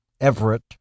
Everett